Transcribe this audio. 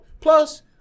Plus